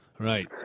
Right